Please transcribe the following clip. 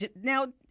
Now